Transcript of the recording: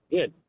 Good